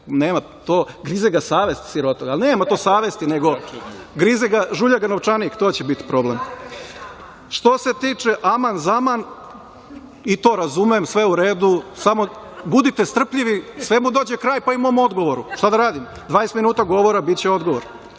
Ne vredi, grize ga savest sirotog, ali nema to savesti, grize ga, žulja ga novčanik. To će biti problem. Aman zaman, i to razumem, sve je u redu, samo budite strpljivi, svemu dođe kraj, pa i mom odgovoru. Šta da radim, 20 minuta govora, biće odgovor.